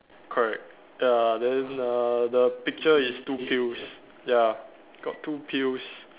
correct ya then uh the picture is two pills ya got two pills